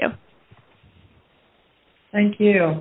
you thank you